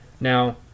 now